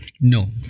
No